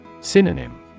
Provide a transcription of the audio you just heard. Synonym